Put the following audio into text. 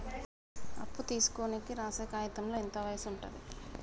అప్పు తీసుకోనికి రాసే కాయితంలో ఎంత వయసు ఉంటది?